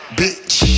bitch